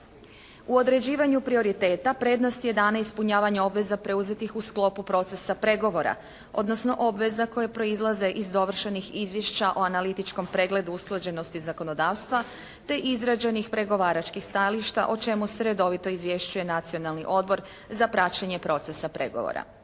U određivanju prioriteta prednost je dana ispunjavanju obveza preuzetih u sklopu procesa pregovora, odnosno obveza koje proizlaze iz dovršenih izvješća o analitičkom pregledu usklađenosti zakonodavstva, te izrađenih pregovaračkih stajališta o čemu se redovito izvješćuje Nacionalni odbor za praćenje procesa pregovora.